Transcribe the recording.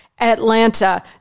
Atlanta